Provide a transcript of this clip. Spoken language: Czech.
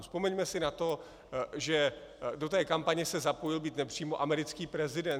Vzpomeňme si na to, že do té kampaně se zapojil, byť nepřímo, americký prezident.